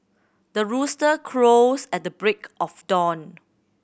the rooster crows at the break of dawn